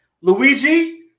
Luigi